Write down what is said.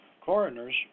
coroner's